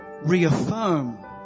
reaffirm